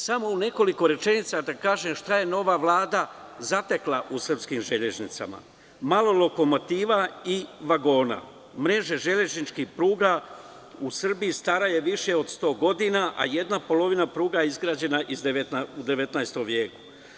Samo u nekoliko rečenica ću reći šta je nova Vlada zatekla u srpskim železnicama – malo lokomotiva i vagona, mreža železničkih pruga u Srbiji stara je više od 100 godina, a jedna polovina pruga je izgrađena u 19. veku.